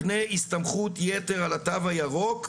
אנחנו מבצעים דיון מעמיק.